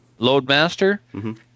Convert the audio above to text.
Loadmaster